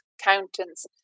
accountants